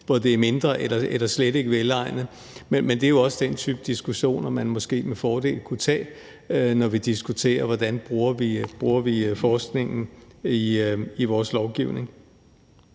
hvor det er mindre eller slet ikke velegnet. Men det er jo også den type diskussioner, man måske med fordel kunne tage, når vi diskuterer, hvordan vi bruger forskningen i vores lovgivning.